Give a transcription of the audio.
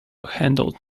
handled